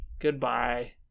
goodbye